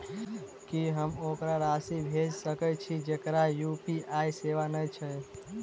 की हम ओकरा राशि भेजि सकै छी जकरा यु.पी.आई सेवा नै छै?